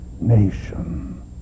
nation